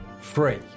free